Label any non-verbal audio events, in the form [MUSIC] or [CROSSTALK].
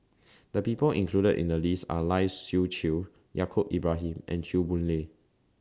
[NOISE] The People included in The list Are Lai Siu Chiu Yaacob Ibrahim and Chew Boon Lay